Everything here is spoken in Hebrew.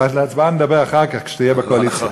על ההצבעה נדבר אחר כך, כשתהיה בקואליציה.